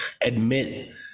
admit